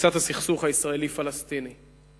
בתפיסת הסכסוך הישראלי פלסטיני.